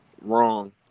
wrong